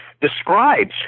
describes